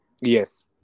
yes